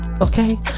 Okay